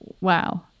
wow